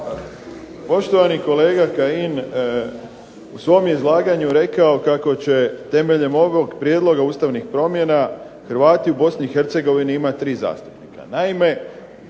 Poštovani kolega Kajin u svom je izlaganju rekao kako će temeljem ovog prijedloga ustavnih promjena Hrvati u BiH imati 3 zastupnika.